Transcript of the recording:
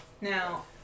Now